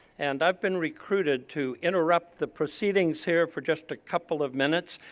and i've been recruited to interrupt the proceedings here for just a couple of minutes.